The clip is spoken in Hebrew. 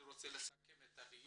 אני רוצה לסכם את הדיון.